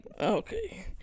Okay